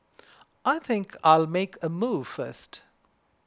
I think I'll make a move first